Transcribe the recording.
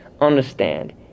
Understand